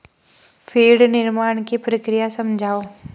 feed निर्माण की प्रक्रिया समझाओ